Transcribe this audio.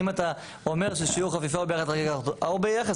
אם אתה אומר ששיעור החפיפה או ביחס